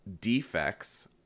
defects